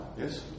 yes